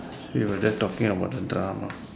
she was just talking about the drama